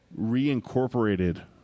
reincorporated